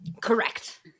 correct